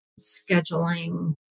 scheduling